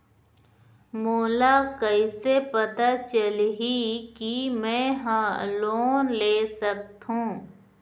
मोला कइसे पता चलही कि मैं ह लोन ले सकथों?